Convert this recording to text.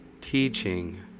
teaching